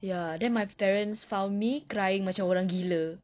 ya then my parents found me crying macam orang gila